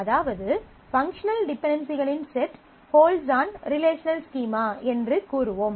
அதாவது பங்க்ஷனல் டிபென்டென்சிகளின் set holds on relational schema என்று கூறுவோம்